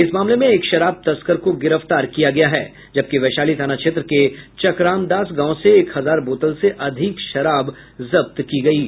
इस मामले में एक शराब तस्कर को गिरफ्तार किया गया जबकि वैशाली थाना क्षेत्र के चकरामदास गांव से एक हजार बोतल से अधिक शराब जब्त की गयी है